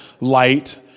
light